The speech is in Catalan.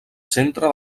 centre